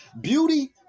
beauty